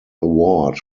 award